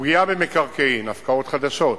ופגיעה במקרקעין, הפקעות חדשות.